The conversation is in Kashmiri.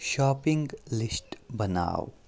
شاپِنٛگ لِسٹ بناو